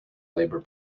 labor